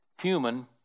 human